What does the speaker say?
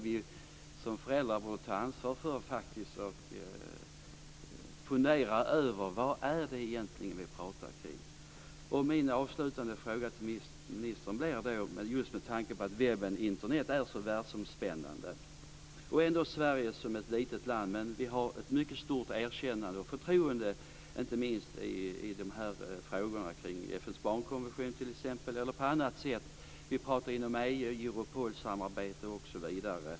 Vi föräldrar borde kanske ta ansvar för sådant och fundera över vad det är vi pratar om. Min avslutande fråga till ministern ställer jag just med tanke på att webben och Internet är så världsomspännande. Sverige är ett litet land, men vi har fått ett erkännande och andra känner ett mycket stort förtroende för oss inte minst när det gäller frågorna kring FN:s barnkonvention. Vi pratar om detta inom EU, inom Europolsamarbetet, osv.